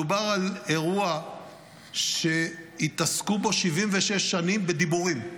מדובר על אירוע שהתעסקו בו 76 שנים בדיבורים.